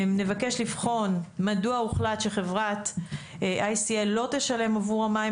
נבקש לבחון מדוע הוחלט שחברת ICL לא תשלם עבור המים